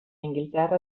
inghilterra